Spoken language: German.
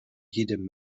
jedem